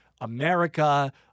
America